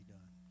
done